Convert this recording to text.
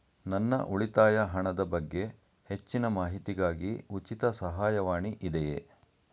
ನನ್ನ ಉಳಿತಾಯ ಹಣದ ಬಗ್ಗೆ ಹೆಚ್ಚಿನ ಮಾಹಿತಿಗಾಗಿ ಉಚಿತ ಸಹಾಯವಾಣಿ ಇದೆಯೇ?